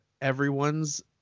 everyone's